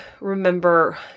remember